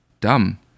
dumb